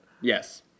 Yes